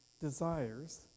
desires